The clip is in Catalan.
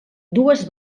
dues